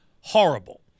horrible